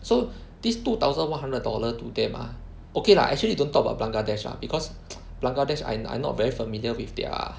so this two thousand one hundred dollar to them ah okay lah actually don't talk about Bangladesh ah because Bangladesh I I not very familiar with their